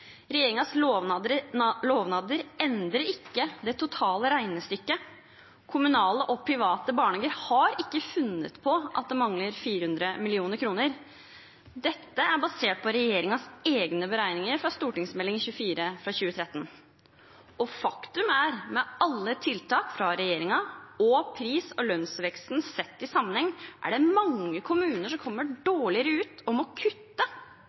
lovnader endrer ikke det totale regnestykket. Kommunale og private barnehager har ikke funnet på at det mangler 400 mill. kr. Dette er basert på regjeringens egne beregninger fra Meld. St. 24 for 2012–2013. Faktum er at med alle tiltak fra regjeringen og med pris- og lønnsveksten sett i sammenheng er det mange kommuner som kommer dårligere ut og må kutte.